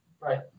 Right